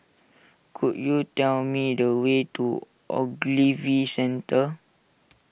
could you tell me the way to Ogilvy Centre